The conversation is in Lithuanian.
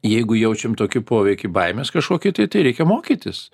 jeigu jaučiam tokį poveikį baimės kažkokį tai tai reikia mokytis